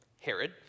Herod